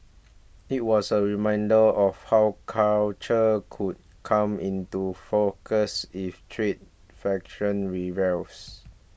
it was a reminder of how culture could come into focus if trade fraction reveals